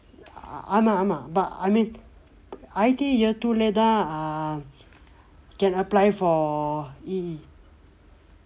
ஆமாம் ஆமாம்:aamaam aamaam but I mean I_T year two இல்ல தான்:illa thaan can apply for E_E